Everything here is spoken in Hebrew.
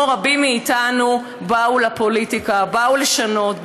רבים מאיתנו באו לפוליטיקה: באו לשנות,